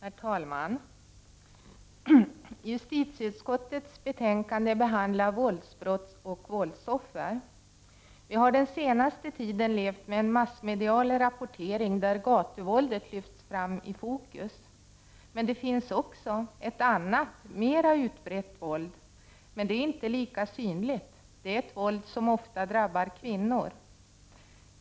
Herr talman! I justitieutskottets betänkande behandlas frågor om våldsbrott och brottsoffer. Vi har den senaste tiden levt med en massmedial rapportering, där gatuvåldet har lyfts fram i fokus. Men det finns också ett annat, mer utbrett våld, som inte är lika synligt. Det är det våld som ofta drabbar kvinnor.